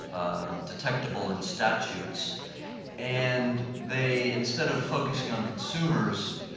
ah, detectable in statutes and they instead of focusing on consumers,